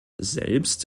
selbst